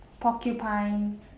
porcupine